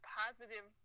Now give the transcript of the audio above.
positive